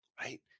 right